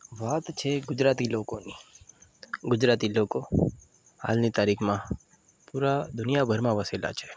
વાત છે ગુજરાતી લોકોની ગુજરાતી લોકો હાલની તારીખમાં પૂરાં દુનિયાભરમાં વસેલા છે